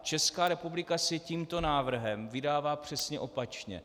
Česká republika se tímto návrhem vydává přesně opačně.